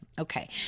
okay